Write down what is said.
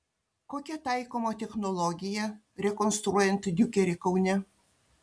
kokia taikoma technologija rekonstruojant diukerį kaune